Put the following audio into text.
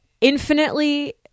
infinitely